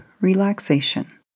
relaxation